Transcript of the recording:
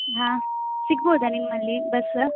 ಹಾಂ ಸಿಗ್ಬೋದಾ ನಿಮ್ಮಲ್ಲಿ ಬಸ್